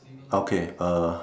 okay uh